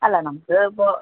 അല്ല നമുക്ക് ഇപ്പോൾ